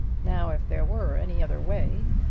now if there were any other way,